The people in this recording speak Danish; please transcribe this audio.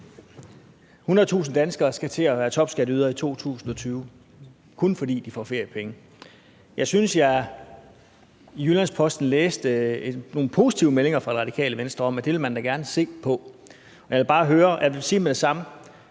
100.000 danskere skal til at være topskatteydere i 2020, kun fordi de får feriepenge. Jeg synes, jeg i Jyllands-Posten læste nogle positive meldinger fra Det Radikale Venstre om, at det ville man da gerne se på. Jeg vil sige med det samme,